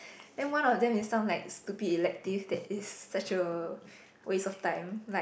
then one of them it sound like stupid elective that is such a waste of time like